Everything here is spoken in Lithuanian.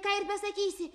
ką ir besakysi